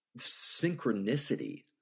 synchronicity